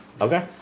Okay